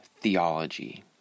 theology